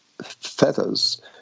feathers